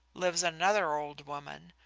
lives another old woman.